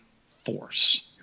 force